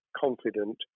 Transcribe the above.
confident